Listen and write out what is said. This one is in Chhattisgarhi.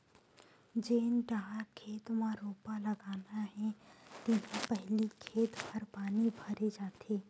जेन डहर खेत म रोपा लगाना हे तिहा पहिली खेत भर पानी भरे जाथे